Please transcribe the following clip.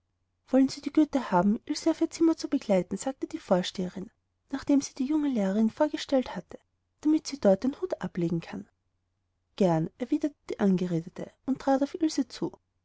wollen sie die güte haben ilse auf ihr zimmer zu geleiten sagte die vorsteherin nachdem sie die junge lehrerin vorgestellt hatte damit sie dort ihren hut ablegen kann gern erwiderte die angeredete und trat auf ilse zu